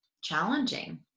challenging